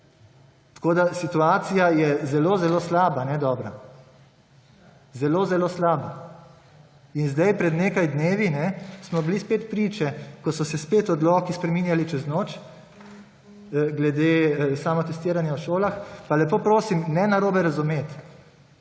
Tako, da situacije je zelo, zelo slaba, ne dobra. Zelo, zelo slaba. In zdaj pred nekaj dnevi smo bili spet priče, ko so se spet odloki spreminjali čez noč glede samotestiranja v šolah. Pa lepo prosim, ne narobe razumeti.